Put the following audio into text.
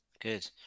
Good